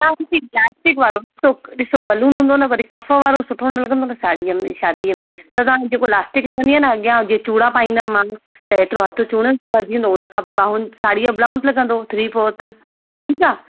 plastic वारो ॾिसो balloon हूंदो न वरी कफ वारो सुठो न लॻंदो न साड़ीअ में शादीअ में त तव्हां जेको इलास्टिक विझंदी आहे न अॻियां जे चूड़ा पाईंदमि मां त हेतिरो हथ चूड़न में भरजी वेंदो उन खां पोइ बाहूनि साड़ी जो ब्लाउज़ लॻंदो थ्री फोर्थ ठीकु आहे